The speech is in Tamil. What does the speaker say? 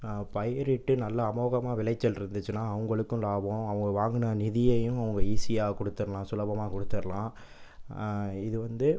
பயிரிட்டு நல்லா அமோகமாக விளைச்சல் இருந்துச்சுன்னால் அவங்களுக்கும் லாபம் அவங்க வாங்கின நிதியையும் அவங்க ஈஸியாக குடுத்துடுலாம் சுலபமாக குடுத்துடுலாம் இது வந்து